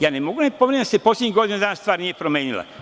Ja ne mogu da ne pominjem da se poslednjih godinu dana stvar nije promenila.